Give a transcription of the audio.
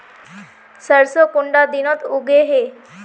सरसों कुंडा दिनोत उगैहे?